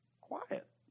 Quiet